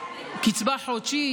קצבה חודשית,